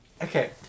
Okay